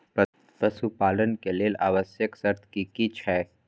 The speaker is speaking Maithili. पशु पालन के लेल आवश्यक शर्त की की छै?